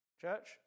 Church